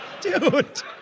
dude